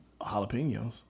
jalapenos